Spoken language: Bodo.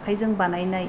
आखाइजों बानायनाय